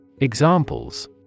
Examples